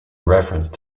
reference